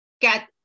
get